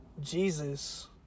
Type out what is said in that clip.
Jesus